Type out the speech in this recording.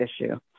issue